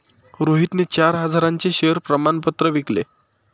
रोहितने चार हजारांचे शेअर प्रमाण पत्र विकले